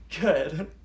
good